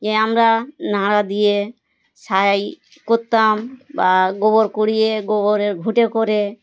যে আমরা নাড়া দিয়ে করতাম বা গোবর কুড়িয়ে গোবরের ঘুঁটে করে